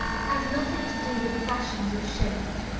has nothing to do with fashions of shape.